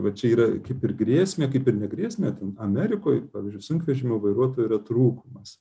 va čia yra kaip ir grėsmė kaip ir ne grėsmė ten amerikoj pavyzdžiui sunkvežimių vairuotojų trūkumas